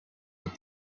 what